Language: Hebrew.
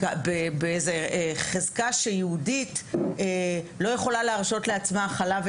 באיזו חזקה שלפיה יהודית לא יכולה להרשות לעצמה הכלה,